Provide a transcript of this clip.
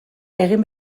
egin